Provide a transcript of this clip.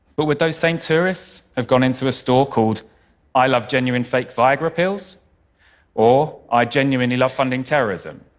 but would those same tourists have gone into a store called i love genuine fake viagra pills or i genuinely love funding terrorism?